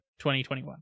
2021